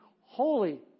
holy